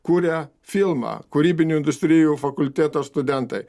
kuria filmą kūrybinių industrijų fakulteto studentai